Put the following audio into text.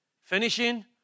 Finishing